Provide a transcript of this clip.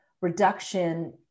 reduction